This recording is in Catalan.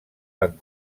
van